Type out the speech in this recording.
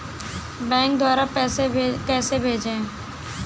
Bank द्वारा पैसे कैसे भेजें?